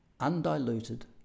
Undiluted